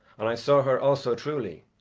and i saw her also truly,